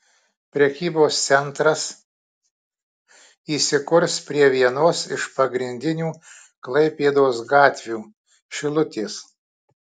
prekybos centras įsikurs prie vienos iš pagrindinių klaipėdos gatvių šilutės